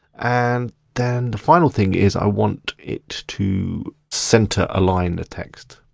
and then the final thing is, i want it to centre align the text.